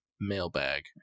mailbag